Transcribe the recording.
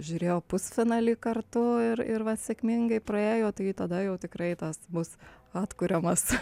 žiūrėjo pusfinalį kartu ir ir va sėkmingai praėjo tai tada jau tikrai tas bus atkuriamas